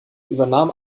übernahm